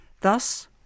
Thus